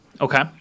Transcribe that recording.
Okay